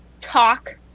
talk